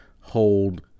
hold